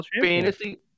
fantasy